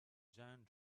giant